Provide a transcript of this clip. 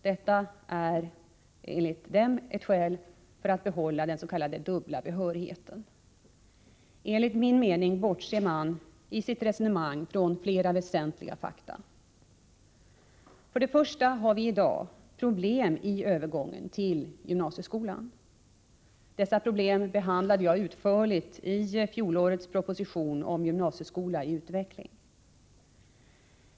Detta är enligt dem ett skäl för att bibehålla den dubbla behörigheten. Enligt min mening bortser de i sitt resonemang från flera väsentliga fakta. För det första har vi i dag problem i övergången till gymnasieskolan. Dessa problem behandlade jag utförligt i fjolårets proposition om gymnasieskola i utveckling.